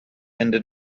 ended